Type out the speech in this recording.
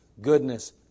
goodness